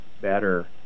better